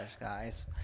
guys